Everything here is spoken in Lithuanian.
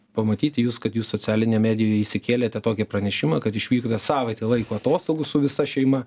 pamatyti jus kad jūs socialinėj medijoj įsikėlėte tokį pranešimą kad išvykote savaitei laiko atostogų su visa šeima